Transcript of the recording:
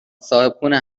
صاحبخونه